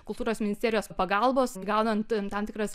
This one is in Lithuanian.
kultūros ministerijos pagalbos gaunant tam tikras